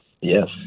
Yes